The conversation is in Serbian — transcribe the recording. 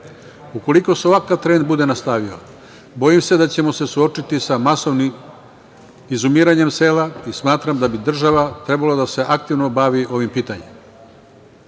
Ukoliko se ovakav trend bude nastavio, bojim se da ćemo suočiti sa masovnim izumiranjem sela, i smatram da bi država trebala da se aktivno bavi ovim